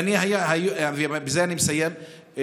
בזה אני מסיים,